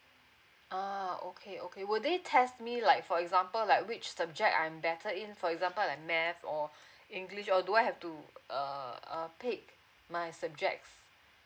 oh okay okay will they test me like for example like which subject I'm better in for example like math or english or do I have to uh pick my subjects